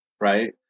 right